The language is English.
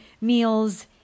meals